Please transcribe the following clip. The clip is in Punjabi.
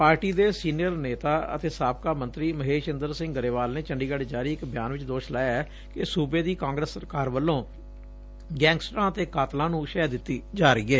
ਪਾਰਟੀ ਦੇ ਸੀਨੀਅਰ ਨੇਤਾ ਅਤੇ ਸਾਬਕਾ ਮੰਤਰੀ ਮਹੇਸ਼ਇੰਦਰ ਸਿੰਘ ਗਰੇਵਾਲ ਨੇ ਚੰਡੀਗੜੁ ਚ ਜਾਰੀ ਇਕ ਬਿਆਨ ਚ ਦੋਸ਼ ਲਾਇਆ ਕਿ ਸੂਬੇ ਦੀ ਕਾਂਗਰਸ ਸਰਕਾਰ ਵੱਲੋਂ ਗੈਂਗਸਟਰਾਂ ਅਤੇ ਕਾਤਲਾਂ ਨੂੰ ਸ਼ਹਿ ਦਿੱਤੀ ਜਾ ਰਹੀ ਏ